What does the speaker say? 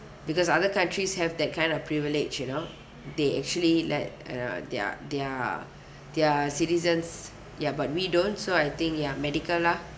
because other countries have that kind of privilege you know they actually let err their their their citizens ya but we don't so I think ya medical lah